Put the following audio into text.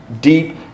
deep